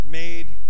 made